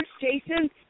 Jason